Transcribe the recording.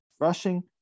Rushing